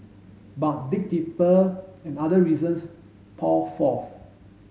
but dig deeper and other reasons pour forth